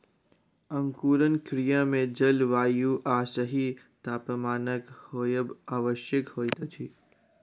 अंकुरण क्रिया मे जल, वायु आ सही तापमानक होयब आवश्यक होइत अछि